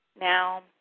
Now